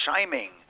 chiming